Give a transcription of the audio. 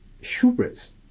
hubris